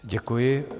Děkuji.